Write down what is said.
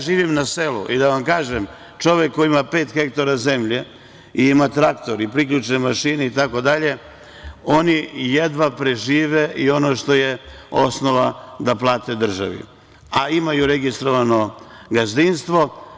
Živim na selu i da vam kažem, čovek koji ima pet hektara zemlje i ima traktor i priključne mašine itd, oni jedva prežive i ono što je osnova da plate državi, a imaju registrovano gazdinstvo.